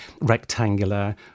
rectangular